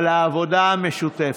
על העבודה המשותפת.